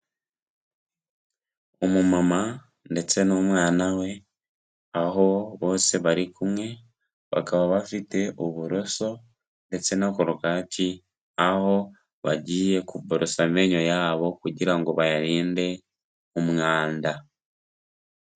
Umumama ndetse n'umwana we, aho bose bari kumwe, bakaba bafite uburoso ndetse na korogati, aho bagiye kuborosa amenyo yabo kugira ngo bayarinde umwanda.